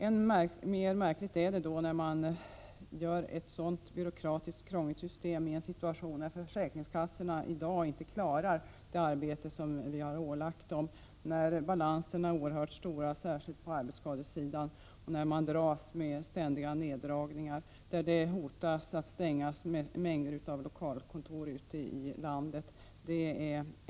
Än mer märkligt är det att man gör ett sådant byråkratiskt krångligt system i en situation, där försäkringskassorna inte klarar det arbete som vi har ålagt dem. Balanserna är oerhört stora, särskilt på arbetsskadesidan. Det görs ständiga neddragningar, och mängder av lokalkontor ute i landet hotas av stängning.